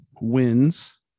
wins